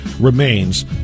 remains